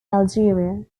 algeria